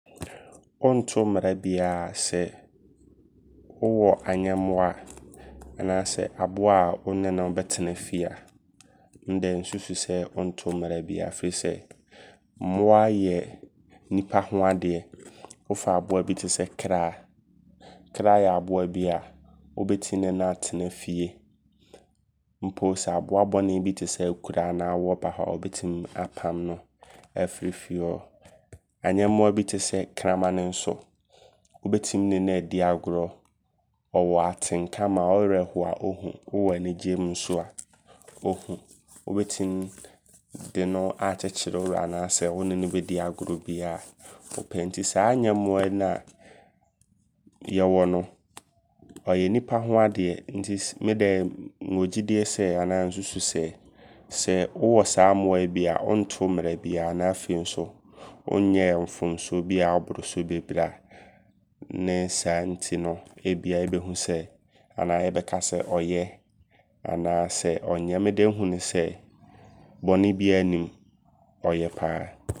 Wonto mmara biaa sɛ wowɔ ayɛmmoa anaasɛ aboa wo ne no bɛtena fie a. Ndɛ nsusu sɛ wotoo mmara biaa. Firi sɛ mmoa yɛ nnipa ho adeɛ. Wo fa aboa bi tesɛ kra. Kra yɛ aboa bi a wobɛtim ne no atena fie. Mpo sɛ aboa bɔne bi tesɛ akura anaa wɔ ba hɔ a ɔbɛtim apamo no afiri fie hɔ. Ayɛmmoa bi tesɛ kraman nso wobɛtim ne no adi agorɔ. Ɔwɔ atenka ma wo werɛ ho ɔhu. Wowɔ anigye mu nso a ɔhu. Wobɛtim de no a akyekyere wo werɛ anaa sɛ wone no bɛdi agorɔ biaa wopɛ. Nti saa ayɛmmoa na yɛwɔ no, ɔyɛ nnipa ho adeɛ. Nti sɛ medɛ nwɔ gyidie sɛ anaa nsusu sɛ, sɛ wowɔ saa mmoa yi bi a, wontoo mmara biaa. Na afei nso wonyɛɛ mfomsoɔ biaa ɔboro so bebree a ne saa nti no ebia yɛbɛhu sɛ anaa yɛbɛka sɛ ɔyɛ anaa sɛ ɔnyɛ. Medɛ nhu ne sɛ bɔne biaa nnim ɔyɛ paa.